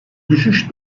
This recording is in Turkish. düşüş